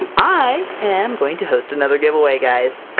i am going to host another giveaway guys!